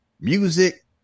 music